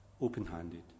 Open-handed